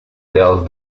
tells